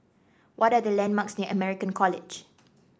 what are the landmarks near American College